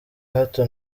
hato